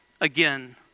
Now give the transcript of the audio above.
Again